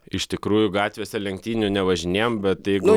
iš tikrųjų gatvėse lenktynių nevažinėjam bet jeigu